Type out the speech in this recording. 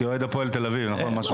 הוא אמר שהוא לא